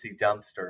dumpster